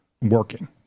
working